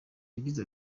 yagize